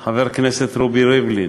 היה חבר הכנסת רובי ריבלין,